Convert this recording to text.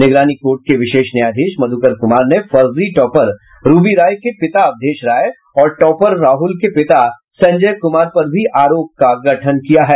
निगरानी कोर्ट के विशेष न्यायधीश मध्कर कुमार ने फर्जी टॉपर रूबी राय के पिता अवधेश राय और टॉपर राहुल के पिता संजय कुमार पर भी आरोप का गठन किया है